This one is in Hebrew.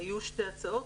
היו שתי הצעות.